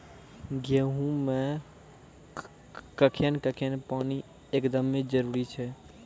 गेहूँ मे कखेन कखेन पानी एकदमें जरुरी छैय?